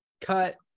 cut